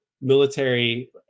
military